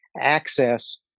access